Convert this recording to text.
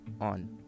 on